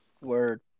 word